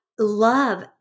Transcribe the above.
love